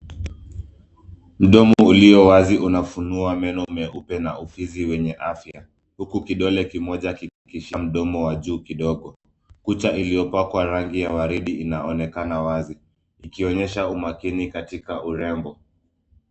Mdomo uliowazi unafunua meno meupe na ufizi wenye afya huku kidole kimoja kikishika mdomo wa juu kidogo. Kucha iliyopakwa rangi ya waridi inaonekana wazi ikionyesha umakini katika urembo.